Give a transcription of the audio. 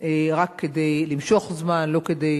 רק כדי למשוך זמן, לא כדי